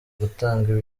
gutanga